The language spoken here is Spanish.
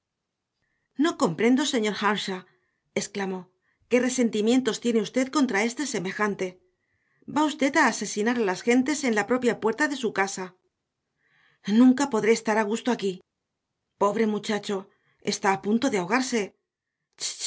no comprendo señor earnshaw exclamó qué resentimientos tiene usted contra este semejante va usted a asesinar a las gentes en la propia puerta de su casa nunca podré estar a gusto aquí pobre muchacho está a punto de ahogarse